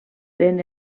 pren